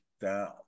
down